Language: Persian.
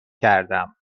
کردم